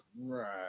Right